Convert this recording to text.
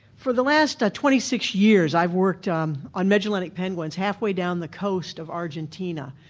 for the last twenty six years i've worked on on magellanic penguins halfway down the coast of argentina.